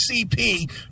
cp